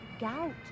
gout